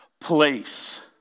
place